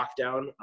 lockdown